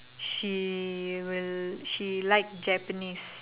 she will she like Japanese